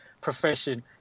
profession